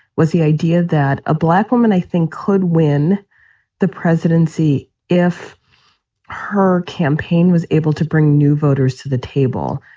was the idea that a black woman, i think, could win the presidency if her campaign was able to bring new voters to the table?